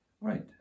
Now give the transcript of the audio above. Right